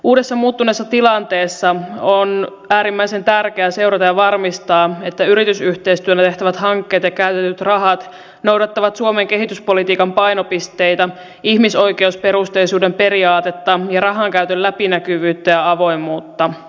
uudessa muuttuneessa tilanteessa on äärimmäisen tärkeää seurata ja varmistaa että yritysyhteistyönä tehtävät hankkeet ja käytetyt rahat noudattavat suomen kehityspolitiikan painopisteitä ihmisoikeusperusteisuuden periaatetta ja rahankäytön läpinäkyvyyttä ja avoimuutta